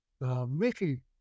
Mickey